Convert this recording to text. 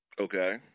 Okay